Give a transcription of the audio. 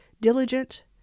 diligent